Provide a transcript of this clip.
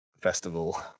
festival